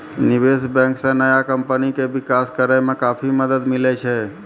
निबेश बेंक से नया कमपनी के बिकास करेय मे काफी मदद मिले छै